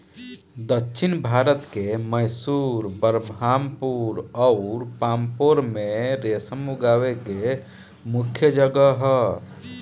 दक्षिण भारत के मैसूर, बरहामपुर अउर पांपोर में रेशम उगावे के मुख्या जगह ह